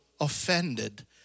offended